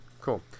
cool